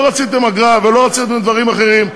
לא רציתם אגרה ולא רציתם דברים אחרים.